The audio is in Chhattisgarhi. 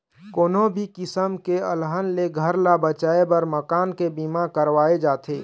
कोनो भी किसम के अलहन ले घर ल बचाए बर मकान के बीमा करवाए जाथे